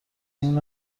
این